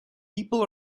people